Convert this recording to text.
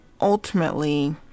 ultimately